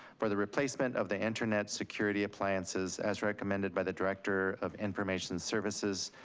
for the replacement of the internet security appliances as recommended by the director of information services.